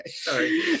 Sorry